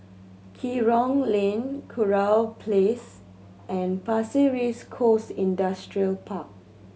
Kerong Lane Kurau Place and Pasir Ris Coast Industrial Park